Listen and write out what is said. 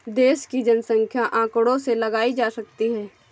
देश की जनसंख्या आंकड़ों से लगाई जा सकती है